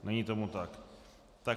Není tomu tak.